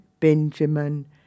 Benjamin